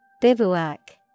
Bivouac